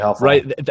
right